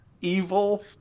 Evil